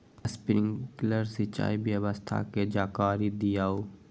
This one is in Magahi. स्प्रिंकलर सिंचाई व्यवस्था के जाकारी दिऔ?